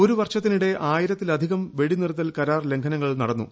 ഒരു വർഷത്തിനിടെ ആയിരത്തിലധികം വെടിനിർത്തൽ കരാർ ലംഘനങ്ങൾ നടന്നു